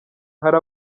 hari